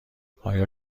آیا